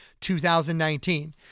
2019